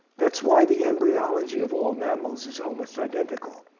that's why the embryology of all mammals is almost identical.